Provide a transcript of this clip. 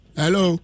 hello